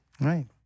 Right